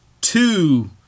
two